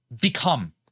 become